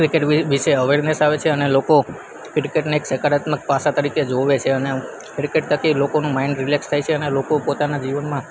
cricket વિ વિશે awareness આવે છે અને લોકો ક્રિકેટને એક સકારાત્મક પાસા તરીકે જોવે છે અને ક્રિકેટ થકી લોકોનું માઇંડ રિલેક્સ થાય છે અને લોકો પોતાના જીવનમાં